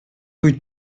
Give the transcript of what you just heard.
rue